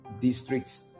districts